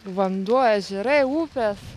vanduo ežerai upės